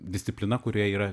disciplina kuriai yra